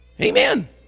Amen